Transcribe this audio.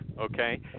Okay